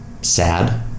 sad